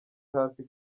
hasi